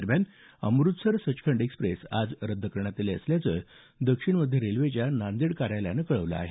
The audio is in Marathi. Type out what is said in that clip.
दरम्यान अमृतसर सचखंड एक्स्प्रेस आज रद्द करण्यात आली असल्याचं दक्षिण मध्य रेल्वेच्या नांदेड कार्यालयानं कळवलं आहे